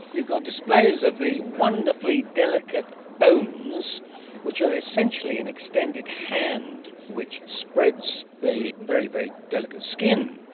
you've got displays of the wonderfully delicate bones which are essentially an extended hand which spreads the very, very delicate skin.